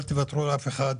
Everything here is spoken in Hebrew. אל תוותרו לאף אחד,